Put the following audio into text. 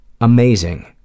amazing